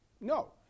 No